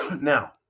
Now